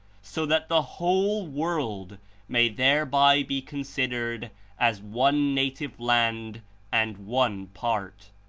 so that the whole world may thereby be considered as one native land and one part.